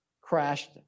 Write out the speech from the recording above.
crashed